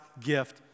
gift